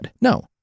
no